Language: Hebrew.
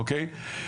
אוקיי?